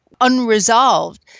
unresolved